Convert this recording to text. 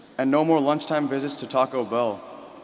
and no more lunchtime visits to taco bell.